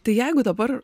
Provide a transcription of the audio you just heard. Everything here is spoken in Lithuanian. tai jeigu dabar